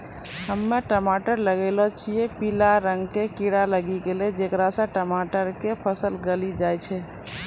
हम्मे टमाटर लगैलो छियै पीला रंग के कीड़ा लागी गैलै जेकरा से टमाटर के फल गली जाय छै?